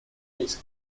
risk